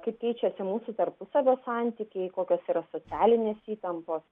kaip keičiasi mūsų tarpusavio santykiai kokios yra socialinės įtampos